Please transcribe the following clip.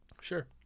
Sure